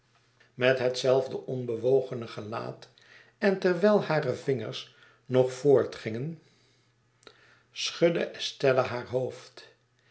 met hetzelfde onbewogene gelaat en terwijl hare vingers nog voortgingen schudde estella haar hoofd